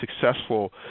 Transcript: successful